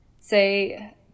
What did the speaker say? say